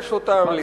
לגרש אותם,